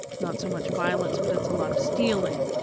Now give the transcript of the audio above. not so much violence, but it's a lot of stealing.